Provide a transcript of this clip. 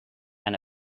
and